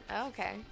Okay